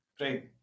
Right